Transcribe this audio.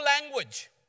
language